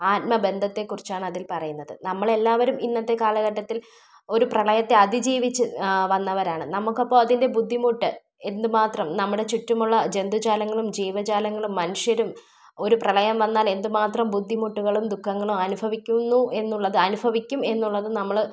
ആത്മബന്ധത്തെ കുറിച്ചാണ് അതിൽ പറയുന്നത് നമ്മൾ എല്ലാവരും ഇന്നത്തെ കാലഘട്ടത്തിൽ ഒരു പ്രളയത്തെ അതിജീവിച്ച് വന്നവരാണ് നമുക്കപ്പോൾ അതിൻ്റെ ബുദ്ധിമുട്ട് എന്ത് മാത്രം നമ്മുടെ ചുറ്റുമുള്ള ജന്തുജാലങ്ങളും ജീവജാലങ്ങളും മനുഷ്യരും ഒരു പ്രളയം വന്നാൽ എന്ത് മാത്രം ബുദ്ധിമുട്ടുകളും ദുഃഖങ്ങളും അനുഭവിക്കുന്നു എന്നുള്ളത് അനുഭവിക്കും എന്നുള്ളത് നമ്മൾ